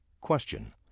Question